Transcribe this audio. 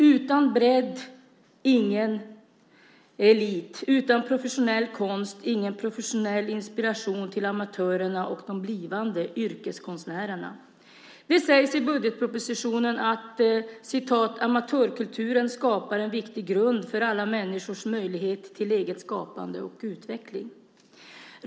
Utan bredd ingen elit, utan professionell konst ingen professionell inspiration till amatörerna och de blivande yrkeskonstnärerna. Det sägs i budgetpropositionen att "amatörkulturen skapar en viktig grund för alla människors möjlighet till eget skapande och utveckling".